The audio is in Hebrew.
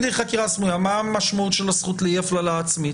מה המשמעות של הזכות לאי הפללה עצמית?